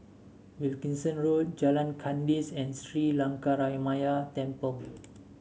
Wilkinson Road Jalan Kandis and Sri Lankaramaya Temple